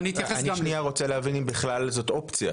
אני בכלל רוצה להבין אם זו בכלל אופציה.